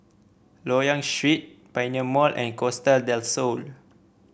Loyang Street Pioneer Mall and Costa Del Sol